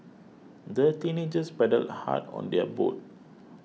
the teenagers paddled hard on their boat